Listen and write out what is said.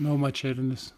na o mačernis